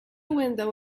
window